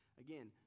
Again